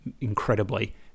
incredibly